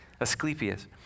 Asclepius